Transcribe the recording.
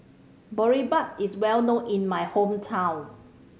boribap is well known in my hometown